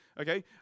Okay